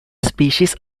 species